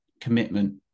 commitment